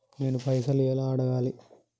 నేను పైసలు ఎలా అడగాలి?